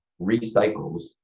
recycles